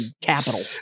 capital